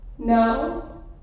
No